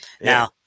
now